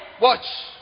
Watch